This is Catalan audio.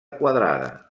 quadrada